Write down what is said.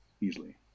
easily